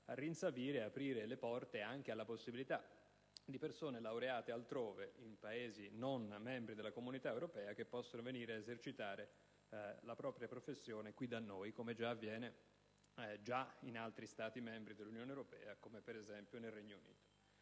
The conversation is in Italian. a rinsavire, di aprire le porte - pensate un po' -a persone laureate altrove, in Paesi non membri della Comunità europea, perché possano esercitare la propria professione qui in Italia, come già avviene in altri Stati membri dell'Unione europea come, ad esempio, nel Regno Unito.